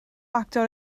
actor